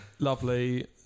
Lovely